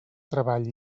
treball